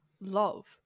love